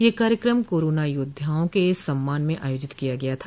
यह कार्यक्रम कोरोना योद्धाओं के सम्मान में आयोजित किया गया था